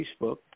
Facebook